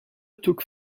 took